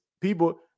People